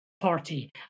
party